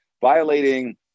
violating